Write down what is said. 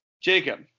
Jacob